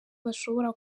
bashobora